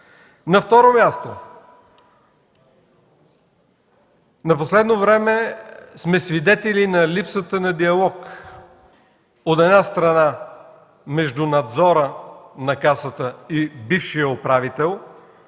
На второ място, в последно време сме свидетели на липсата на диалог – от една страна между Надзора на Касата и бившия управител.